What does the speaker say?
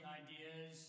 ideas